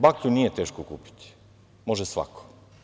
Baklju nije teško kupiti, može svako.